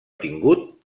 tingut